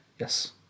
yes